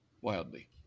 Wildly